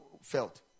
felt